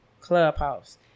clubhouse